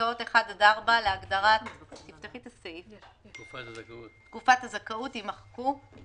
פסקאות (1) עד (4) להגדרה "תקופת זכאות"," יימחקו;"